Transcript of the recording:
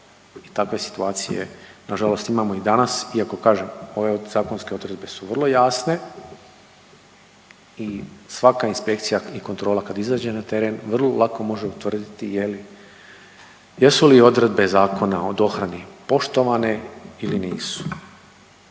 takve situacije na žalost imamo i danas iako kažem ove zakonske odredbe su vrlo jasne i svaka inspekcija i kontrola kad izađe na teren vrlo lako može utvrditi jesu li odredbe Zakona o dohrani poštovane ili nisu.